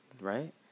right